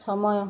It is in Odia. ସମୟ